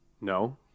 No